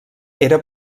era